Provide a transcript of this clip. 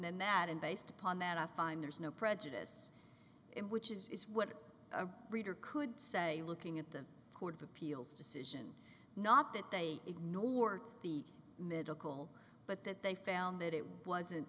than that and based upon that i find there's no prejudice in which is what a reader could say looking at the court of appeals decision not that they ignored the middle but that they found that it wasn't